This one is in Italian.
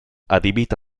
adibita